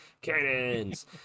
cannons